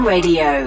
Radio